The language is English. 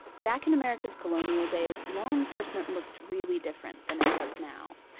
back in america's colonial days, law enforcement looked really different than it does now.